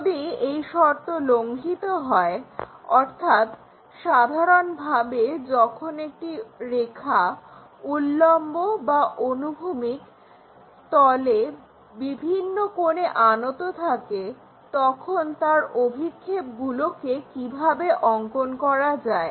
যদি এই শর্ত লঙ্ঘিত হয় অর্থাৎ সাধারণভাবে যখন একটা রেখা উল্লম্ব বা অনুভূমিক তলে বিভিন্ন কোণে আনত থাকে তখন তার অভিক্ষেপগুলিকে কিভাবে অঙ্কন করা যায়